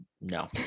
no